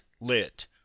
lit